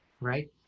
right